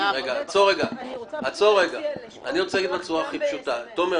אני רוצה להגיד בצורה הכי פשוטה ותומר,